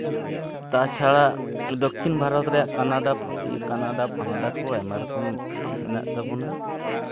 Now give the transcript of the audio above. ᱛᱟᱪᱷᱟᱲᱟ ᱫᱚᱠᱠᱷᱤᱱ ᱵᱷᱟᱨᱚᱛ ᱨᱮᱭᱟᱜ ᱠᱟᱱᱟᱰᱟ ᱯᱷᱟᱱᱟᱰᱟ ᱠᱚ ᱟᱭᱢᱟ ᱨᱚᱠᱚᱢ ᱢᱮᱱᱟᱜ ᱛᱟᱵᱳᱱᱟ